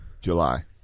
July